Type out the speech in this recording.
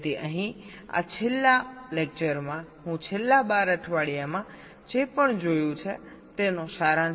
તેથી અહીં આ છેલ્લા લેકચરમાં હું છેલ્લા 12 અઠવાડિયામાં જે પણ જોયું તેનો સારાંશ આપવાનો પ્રયત્ન કરીશ